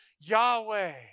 Yahweh